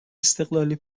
استقلالی